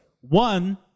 one